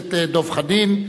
הכנסת דב חנין,